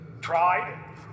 tried